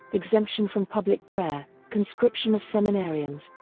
exemption from public prayer, conscription of seminarians,